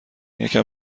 یکم